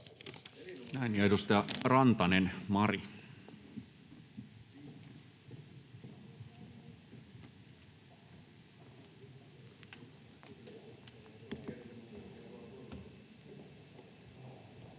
Ja edustaja Rantanen, Mari. Arvoisa